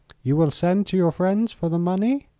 you will send to your friends for the money?